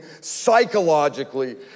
psychologically